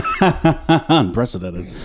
Unprecedented